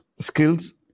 skills